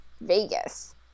Vegas